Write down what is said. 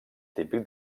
típic